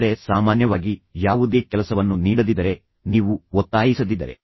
ಅಂದರೆ ಮನುಷ್ಯರು ಸಾಮಾನ್ಯವಾಗಿ ನೀವು ಯಾವುದೇ ಕೆಲಸವನ್ನು ನೀಡದಿದ್ದರೆ ನೀವು ಒತ್ತಾಯಿಸದಿದ್ದರೆ